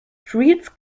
streets